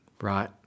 right